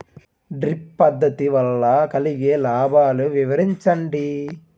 Drip పద్దతి వల్ల కలిగే లాభాలు వివరించండి?